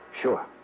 Sure